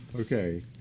Okay